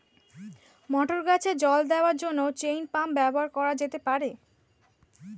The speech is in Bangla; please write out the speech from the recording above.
মটর গাছে জল দেওয়ার জন্য চেইন পাম্প ব্যবহার করা যেতে পার?